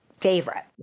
favorite